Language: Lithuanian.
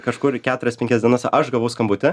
kažkur keturias penkias dienas aš gavau skambutį